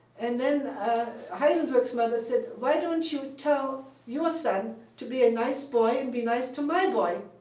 and then heisenberg's mother said, why don't you tell your son to be a nice boy and be nice to my boy?